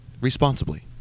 Responsibly